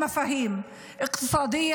אני מחבק את המשפחות,